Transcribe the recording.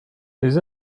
les